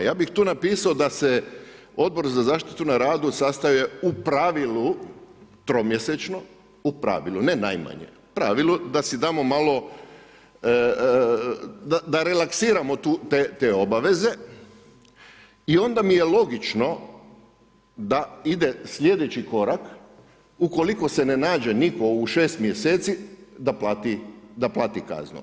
Ja bih tu napisao da se Odbor za zaštitu na radu sastaje u pravilu tromjesečno, u pravilu, ne najmanje, u pravilu da si damo malo da relaksiramo tu te obaveze i onda mi je logično da ide slijedeći korak ukoliko se ne nađe nitko u 6 mjeseci, da plati kaznu.